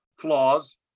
flaws